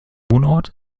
wohnort